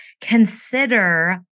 consider